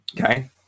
Okay